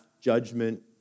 judgment